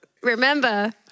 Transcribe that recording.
remember